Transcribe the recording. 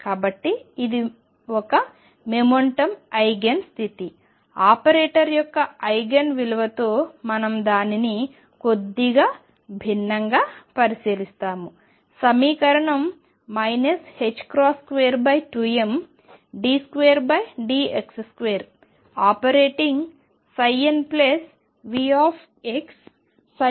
కాబట్టి ఇది ఒక మొమెంటం ఐగెన్ స్థితి ఆపరేటర్ యొక్క ఐగెన్ విలువతో మనందానిని కొద్దిగా భిన్నంగా పరిశీలిస్తాము ష్రోడింగర్ సమీకరణం 22md2dx2 ఆపరేటింగ్ nVxnEnn